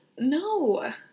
No